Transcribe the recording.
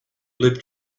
lived